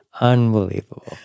Unbelievable